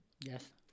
Yes